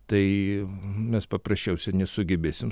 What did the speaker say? tai mes paprasčiausiai nesugebėsim